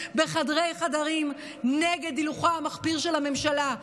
בחדרי-חדרים נגד הילוכה המחפיר של הממשלה,